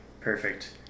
Perfect